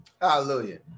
hallelujah